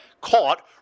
Caught